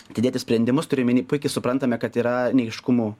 atidėti sprendimus turiu omeny puikiai suprantame kad yra neaiškumų